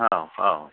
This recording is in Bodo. औ औ